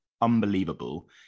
unbelievable